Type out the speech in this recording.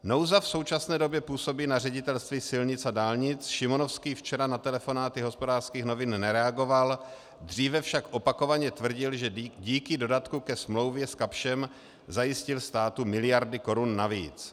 Nouza v současné době působí na Ředitelství silnic a dálnic, Šimonovský včera na telefonáty Hospodářských novin nereagoval, dříve však opakovaně tvrdil, že díky dodatku ke smlouvě s Kapschem zajistil státu miliardy korun navíc.